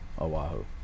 Oahu